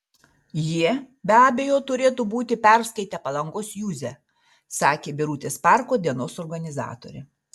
jie be abejo turėtų būti perskaitę palangos juzę sakė birutės parko dienos organizatorė